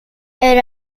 elle